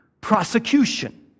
prosecution